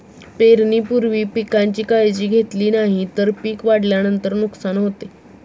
पेरणीपूर्वी पिकांची काळजी घेतली नाही तर पिक वाढल्यानंतर नुकसान होते